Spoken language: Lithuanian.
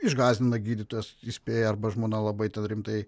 išgąsdina gydytojas įspėja arba žmona labai rimtai